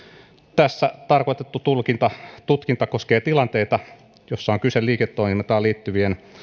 tässä tarkoitettu tutkinta tutkinta koskee tilanteita joissa on kyse liiketoimintaan liittyvien